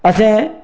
असें